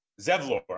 zevlor